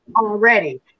already